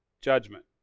judgment